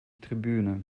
tribüne